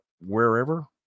wherever